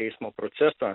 teismo procesą